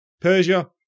Persia